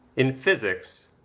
in physics,